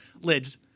Lids